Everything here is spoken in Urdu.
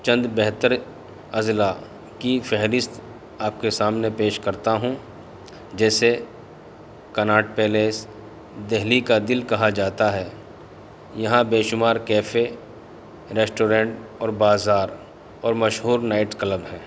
چند بہتر اضلاع کی فہرست آپ کے سامنے پیش کرتا ہوں جیسے کناٹ پیلیس دہلی کا دل کہا جاتا ہے یہاں بےشمار کیفے ریسٹورینٹ اور بازار اور مشہور نائٹ کلب ہیں